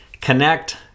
connect